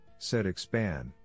SetExpand